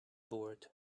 board